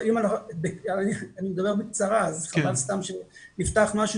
אני מדבר בקצרה אז חבל סתם שנפתח משהו